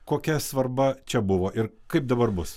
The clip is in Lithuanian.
kokia svarba čia buvo ir kaip dabar bus